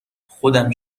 خودم